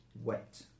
wet